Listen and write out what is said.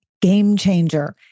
game-changer